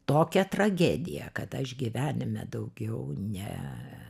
tokia tragedija kad aš gyvenime daugiau ne